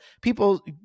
people